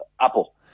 Apple